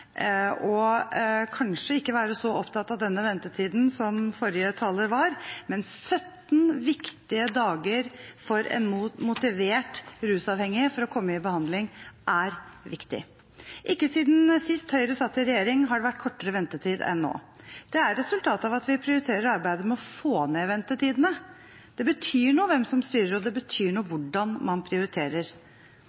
og kanskje ikke være så opptatt av denne ventetiden som forrige taler var, men 17 viktige dager for en motivert rusavhengig for å komme i behandling er viktig. Ikke siden sist Høyre satt i regjering, har det vært kortere ventetid enn nå. Det er resultatet av at vi prioriterer arbeidet med å få ned ventetidene. Det betyr noe hvem som styrer, og det betyr noe